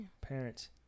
Parents